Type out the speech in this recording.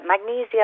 Magnesium